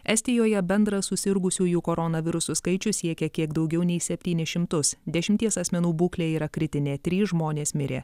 estijoje bendras susirgusiųjų koronavirusu skaičius siekia kiek daugiau nei septynis šimtus dešimties asmenų būklė yra kritinė trys žmonės mirė